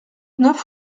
neuf